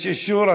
יש אישור.